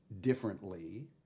differently